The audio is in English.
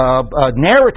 narrative